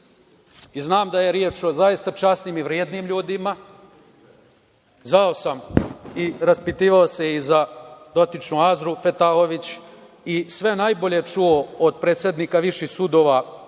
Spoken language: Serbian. i znam da je reč o zaista časnim i vrednim ljudima. Zvao sam i raspitivao sam se i za dotičnu Azru Fetahović i sve najbolje čuo od predsednika viših sudova,